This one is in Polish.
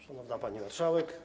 Szanowna pani Marszałek!